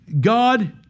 God